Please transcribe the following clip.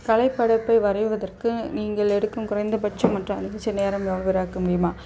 கலை படைப்பை வரைவதற்கு நீங்கள் எடுக்கும் குறைந்தபட்சம் மற்றும் அனுபவித்த நேரம் விவரிக்க முடியுமா